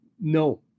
no